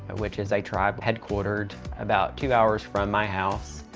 which is a tribe headquartered about two hours from my house.